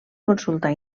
consultar